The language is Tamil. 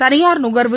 தனியார் நுகர்வு